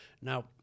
Now